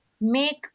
make